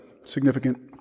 significant